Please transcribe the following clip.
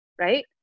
right